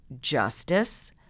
justice